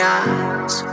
eyes